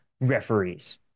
referees